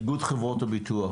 איגוד חברות הביטוח.